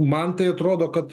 man tai atrodo kad